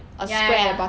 ya ya ya